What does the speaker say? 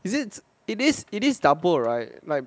is it it is it is double right like